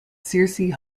searcy